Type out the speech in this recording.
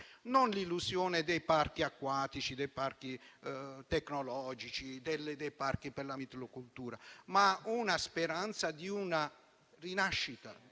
(non l'illusione dei parchi acquatici, dei parchi tecnologici, dei parchi per la mitilicoltura); la speranza di una rinascita